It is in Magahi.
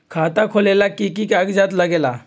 खाता खोलेला कि कि कागज़ात लगेला?